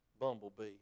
bumblebee